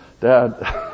Dad